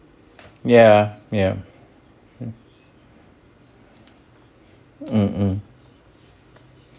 ya ya mm mm